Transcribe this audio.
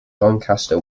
doncaster